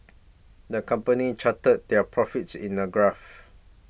the company charted their profits in a graph